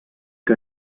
que